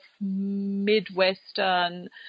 Midwestern